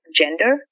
gender